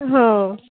हं